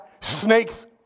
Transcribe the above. snakes